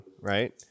right